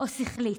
או שכלית.